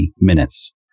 minutes